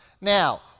Now